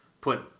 put